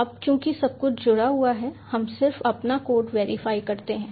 अब चूंकि सब कुछ जुड़ा हुआ है हम सिर्फ अपना कोड वेरीफाइ करते हैं